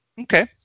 Okay